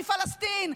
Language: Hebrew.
והיא פלסטין.